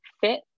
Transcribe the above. fit